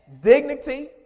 dignity